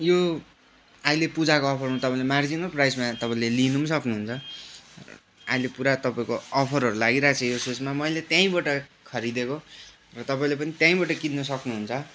यो अहिले पूजाको अफरमा तपाईँले मार्जिनल प्राइस भनेर तपाईँले लिनु पनि सक्नुहुन्छ अहिले पुरा तपाईँको अफरहरू लागिरहेको छ यो सुसमा मैले त्यहीँबाट खरिदिएको र तपाईँले पनि त्यहीँबाट किन्न सक्नुहुन्छ